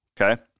Okay